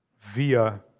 via